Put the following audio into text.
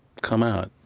come out